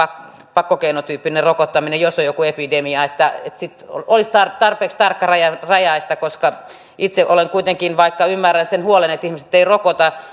pakkokeinotyyppistä rokottamista jos on joku epidemia että se olisi tarpeeksi tarkkarajaista koska vaikka kuitenkin ymmärrän sen huolen että ihmiset eivät rokota